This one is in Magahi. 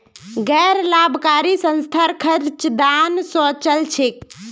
गैर लाभकारी संस्थार खर्च दान स चल छेक